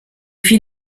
viel